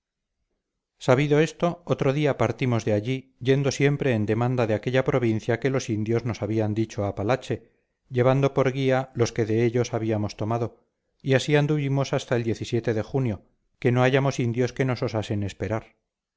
penachos sabido esto otro día partimos de allí yendo siempre en demanda de aquella provincia que los indios nos habían dicho apalache llevando por guía los que de ellos habíamos tomado y así anduvimos hasta de junio que no hallamos indios que nos osasen esperar